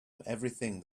everything